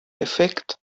effekt